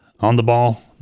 on-the-ball